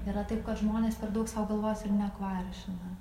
yra taip kad žmonės per daug sau galvos ir nekvaršina